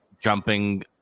jumping